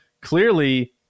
clearly